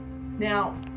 Now